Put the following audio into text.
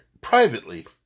privately